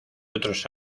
otros